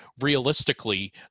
realistically